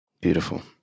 Beautiful